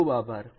ખુબ ખુબ આભાર